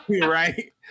Right